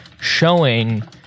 showing